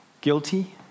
Guilty